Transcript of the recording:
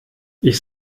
ich